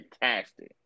fantastic